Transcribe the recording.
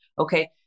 Okay